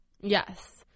Yes